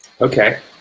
Okay